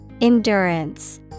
Endurance